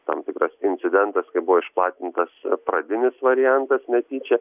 tam tikras incidentas kai buvo išplatintas pradinis variantas netyčia